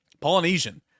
Polynesian